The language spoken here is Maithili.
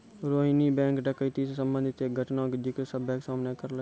रोहिणी बैंक डकैती से संबंधित एक घटना के जिक्र सभ्भे के सामने करलकै